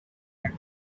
and